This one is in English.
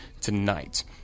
tonight